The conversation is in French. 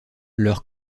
leur